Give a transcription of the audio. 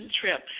trip